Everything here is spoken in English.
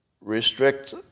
restrict